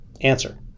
Answer